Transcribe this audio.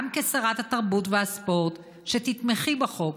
גם כשרת התרבות והספורט, שתתמכי בחוק.